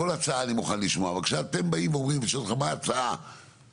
אז יש כאן איזשהו, אני כן מבקשת להבהיר קודם כל,